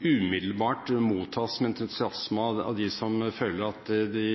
umiddelbart mottas med entusiasme av dem som føler at de